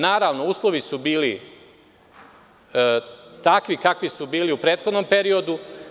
Naravno, uslovi su bili takvi kakvi su bili u prethodnom periodu.